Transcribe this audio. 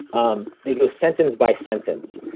um they go sentence by sentence.